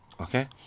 okay